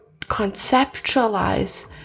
conceptualize